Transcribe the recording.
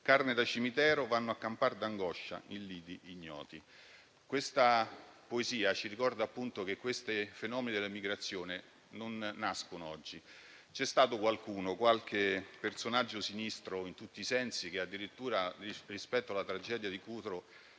carne da cimitero, / vanno a campar d'angoscia in lidi ignoti». Questa poesia ci ricorda appunto che i fenomeni delle migrazioni non nascono oggi. C'è stato qualcuno, qualche personaggio sinistro in tutti i sensi, che addirittura ha pensato bene di accollare la tragedia di Cutro